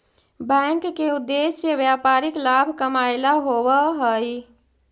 bank के उद्देश्य व्यापारिक लाभ कमाएला होववऽ हइ